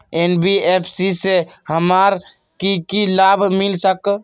NBFC से हमार की की लाभ मिल सक?